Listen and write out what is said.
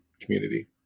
community